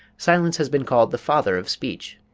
silence has been called the father of speech.